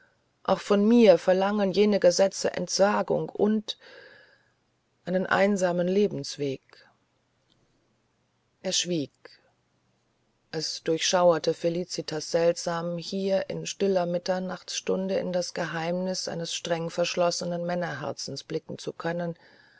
auch von mir verlangen jene gesetze entsagung und einen einsamen lebensweg er schwieg es durchschauerte felicitas seltsam hier in stiller mitternachtsstunde in das geheimnis eines streng verschlossenen männerherzens blicken zu können